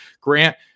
Grant